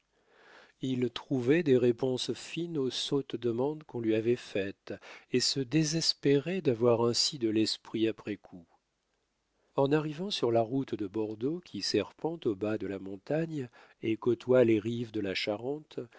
il trouvait des réponses fines aux sottes demandes qu'on lui avait faites et se désespérait d'avoir ainsi de l'esprit après coup en arrivant sur la route de bordeaux qui serpente au bas de la montagne et côtoie les rives de la charente